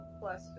plus